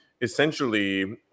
essentially